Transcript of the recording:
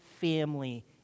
family